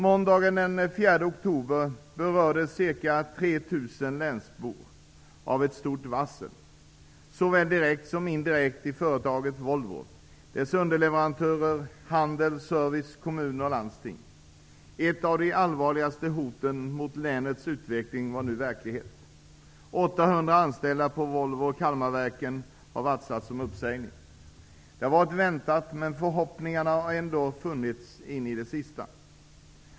Måndagen den 4 oktober berördes ca 3 000 länsbor av ett stort varsel -- såväl direkt som indirekt -- i företaget Volvo, dess underleverantörer, handeln, servicen, kommunen och landstinget. Ett av de allvarligaste hoten mot länets utveckling var nu verklighet. 800 anställda på Det har varit väntat, men förhoppningarna har ändå funnits in i det sista.